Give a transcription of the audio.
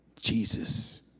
Jesus